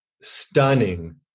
stunning